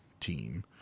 team